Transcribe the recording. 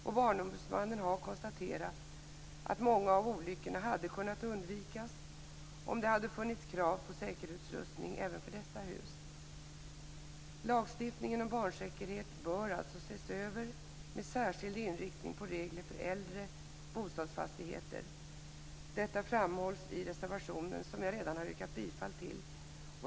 Och Barnombudsmannen har konstaterat att många av olyckorna hade kunnat undvikas om det hade funnits krav på säkerhetsutrustning även för dessa hus. Lagstiftningen om barnsäkerhet bör alltså ses över, med särskild inriktning på regler för äldre bostadsfastigheter. Detta framhålls i reservationen som jag redan har yrkat bifall till.